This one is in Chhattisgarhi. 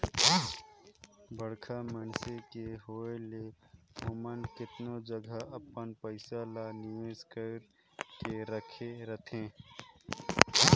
बड़खा मइनसे के होए ले ओमन केतनो जगहा अपन पइसा ल निवेस कइर के राखे रहथें